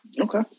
Okay